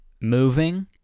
moving